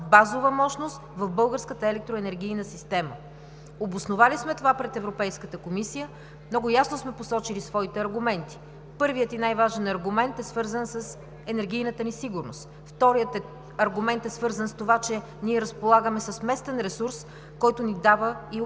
базова мощност в българската електроенергийна система. Обосновали сме това пред Европейската комисия и много ясно сме посочили своите аргументи. Първият и най-важен аргумент е свързан с енергийната ни сигурност. Вторият аргумент е свързан с това, че ние разполагаме с местен ресурс, който ни дава и съответната